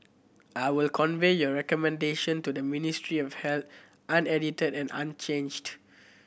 I will convey your recommendation to the Ministry of Health unedited and unchanged